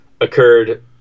occurred